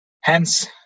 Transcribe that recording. Hence